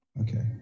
Okay